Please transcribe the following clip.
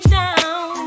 down